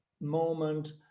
moment